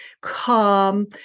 calm